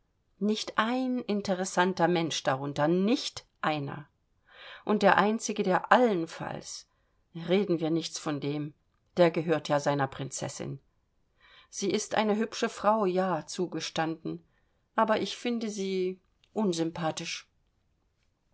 nicht ein interessanter mensch darunter nicht einer und der einzige der allenfalls reden wir nichts von dem der gehört ja seiner prinzessin sie ist eine hübsche frau ja zugestanden aber ich finde sie sehr unsympathisch